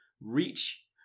reach